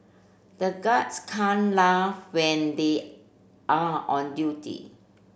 the guards can't laugh when they are on duty